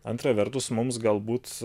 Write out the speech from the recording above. antra vertus mums galbūt